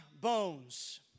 bones